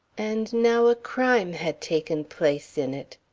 and now a crime had taken place in it!